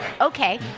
Okay